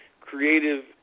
creative